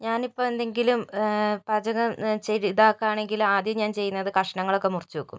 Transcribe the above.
ഞാനിപ്പോൾ എന്തെങ്കിലും പാചകം ചെയ്ത് ഇതാക്കുകയാണെങ്കില് ആദ്യം ഞാന് ചെയ്യുന്നത് കഷണങ്ങളൊക്കെ മുറിച്ചു വെയ്ക്കും